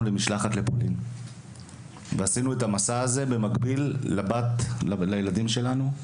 במשלחת לפולין ועשינו את המסע הזה במקביל לילדים שלנו.